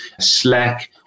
Slack